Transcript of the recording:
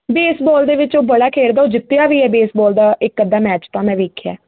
baseball ਦੇ ਵਿੱਚ ਉਹ ਬੜਾ ਖੇਡਦਾ ਉਹ ਜਿੱਤਿਆ ਵੀ ਬੇਸਬੋਲ ਦਾ ਇੱਕ ਅੱਧਾ ਮੈਚ ਤਾਂ ਮੈਂ ਵੇਖਿਆ